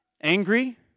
angry